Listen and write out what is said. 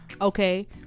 Okay